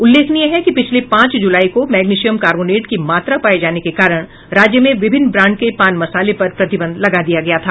उल्लेखनीय है कि पिछले पांच जुलाई को मैग्नीशियम कार्बोनेट की मात्रा पाए जाने के कारण राज्य में विभिन्न ब्रांड के पान मसाले पर प्रतिबंध लगा दिया गया था